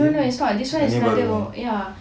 no no it's not this [one] is another ya